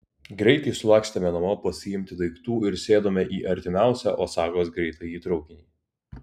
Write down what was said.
greitai sulakstėme namo pasiimti daiktų ir sėdome į artimiausią osakos greitąjį traukinį